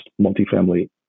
multifamily